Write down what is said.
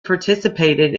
participated